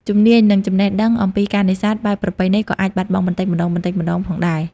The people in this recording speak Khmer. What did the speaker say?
ជំនាញ និងចំណេះដឹងអំពីការនេសាទបែបប្រពៃណីក៏អាចបាត់បង់បន្តិចម្តងៗផងដែរ។